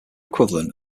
equivalent